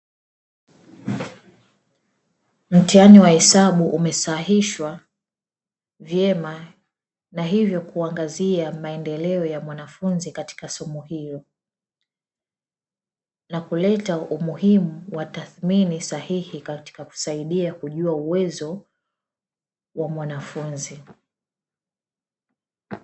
Mtihani wa hesabu umesahihishwa vema, na hivyo kuangazia maendeleo ya mwanafunzi katika somo hilo, na kuleta umuhimu wa tathimini sahihi wa kuweza kujua uwezo wa wanafunzi.